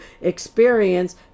experience